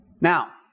Now